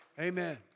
Amen